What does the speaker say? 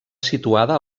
situada